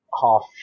half